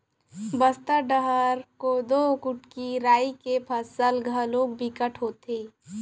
बस्तर डहर कोदो, कुटकी, राई के फसल घलोक बिकट होथे